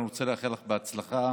אני רוצה לאחל לך בהצלחה